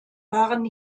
waren